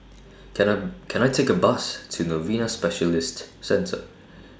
Can I Can I Take A Bus to Novena Specialist Centre